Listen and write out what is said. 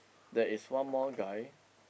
there is one more guy